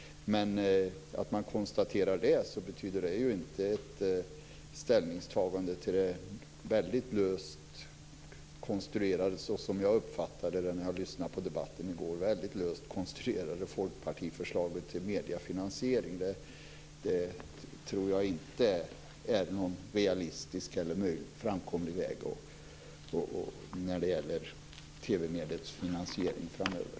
Men att man konstaterar det betyder inte ett ställningstagande till det, som jag uppfattade det när jag lyssnade på debatten i går, väldigt löst konstruerade folkpartiförslaget till mediefinansiering. Det tror jag inte är någon realistisk eller framkomlig väg när det gäller TV-mediets finansiering framöver.